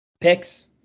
Picks